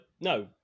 No